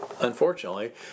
unfortunately